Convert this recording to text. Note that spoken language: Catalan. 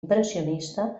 impressionista